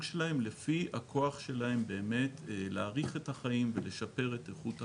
שלהן לפי הכוח שלהם להאריך את החיים ולשפר את איכות החיים,